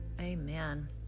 Amen